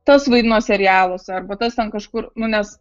tas vaidino serialuose arba tas ten kažkur nu nes